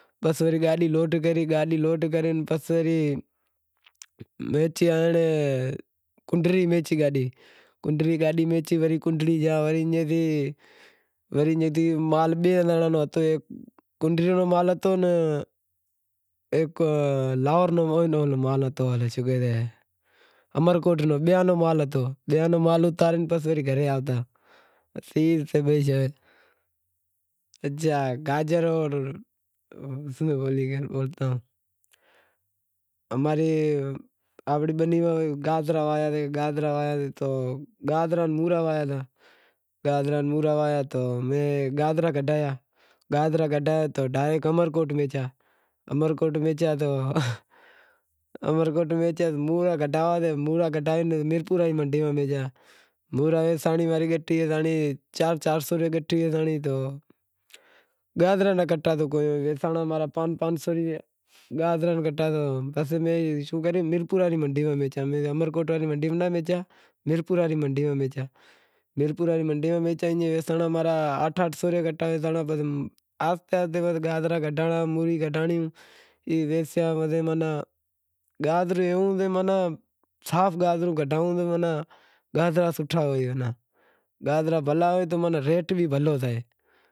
پسے وڑی گاڈی لوڈ کری، گاڈی لوڈ کرے کنری ویسی، گاڈی لوڈ کرے کنری گیا وڑے ایئں تھی مال بئے زانڑاں رو ہتو، ہیک کنری رو مال ہتو ہیک ہیک لاہور رو مال ہتو، مناں شک اے، امرکوٹ رو مال ہتو، بیاں رو مال ہتو، مال اتارے پسے آوتا۔ گاجر اماری آپری بنی ماہ گاجر واہہینتیں، گاجر وانہوے تو گاجراں را مورا واہویا تو میں گاجرا کاڈھیا، گاجرا کاڈھیا تو ڈائریکٹ امرکوٹ ویسیا تو امرکوٹ ویسیا تو مورا کڈہاوے میرپور واڑی منڈی میں ویسیا، مورا ویسانڑی چار چار سو میں گٹھی ویسانڑی تو گاجراں را کٹا ویسانڑا پانس پانس سو میں، گاجراں را کٹا شوں کریو میرپور واڑی منڈی میں ویسانڑا، امرکوٹ واڑی منڈی میں ناں ویسانڑا میرپور واڑی منڈی میں ویچیا، ایں ویسانڑا امارا آٹھ آٹھ سو روپیا کٹا ویسانڑا آہستے آہستے پسے گاجرا کڈہانڑا، موری کڈھانڑی ای ویسیا پسے ماناں گازرا ماناں صاف گازرو کڈہاں گاجرا بھلا ہوئیں تو ماناں ریٹ بھی بھلو سئے۔